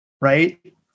right